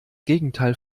gegenteil